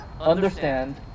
Understand